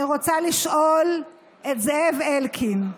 אני רוצה לשאול את זאב אלקין,